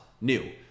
new